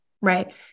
right